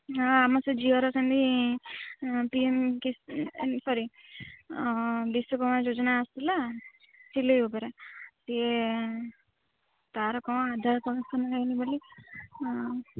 ହଁ ଆମ ସେ ଝିଅର ସେମିତି ପି ଏମ୍ ବିଶ୍ଵକର୍ମା ଯୋଜନା ଆସୁଥିଲା ସିଲେଇ ଉପରେ ସିଏ ତା'ର କ'ଣ ଆଧାର କରେକ୍ସନ୍ ହେଇନି ବୋଲି